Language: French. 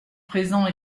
présent